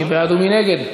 מי בעד ומי נגד?